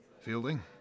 Fielding